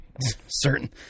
Certain